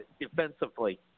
defensively